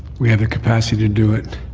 we have the capacity to do it,